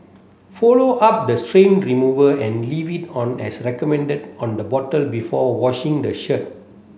follow up the stain remover and leave it on as recommended on the bottle before washing the shirt